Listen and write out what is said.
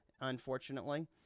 unfortunately